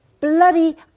bloody